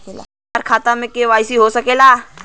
हमार खाता में के.वाइ.सी हो सकेला?